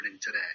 today